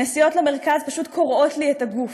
הנסיעות למרכז פשוט קורעות לי את הגוף.